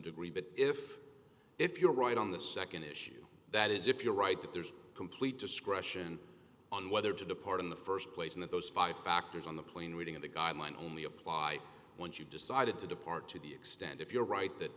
degree but if if you're right on the second issue that is if you're right that there's complete discretion on whether to depart in the first place and that those five factors on the plane reading in the guideline only apply once you decided to depart to the extent if you're right that